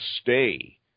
stay